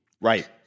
Right